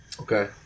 Okay